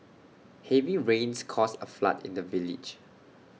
heavy rains caused A flood in the village